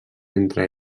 entre